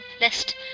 lest